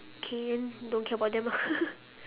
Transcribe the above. K then don't care about them ah